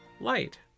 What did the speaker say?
light